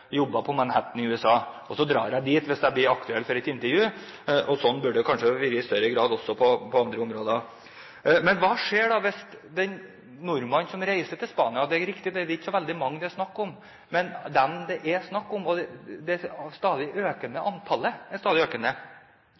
på Manhattan i USA. Så drar jeg dit hvis jeg blir aktuell for et intervju. Sånn burde det kanskje i større grad også ha vært på andre områder. Men hva skjer hvis en nordmann som reiser til Spania – det er riktig at det ikke er så veldig mange det er snakk om, men antallet er stadig økende – ikke blir fulgt opp? Han kan være der i tre måneder. Så dukker det